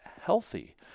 healthy